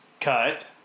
cut